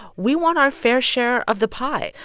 we want our fair share of the pie.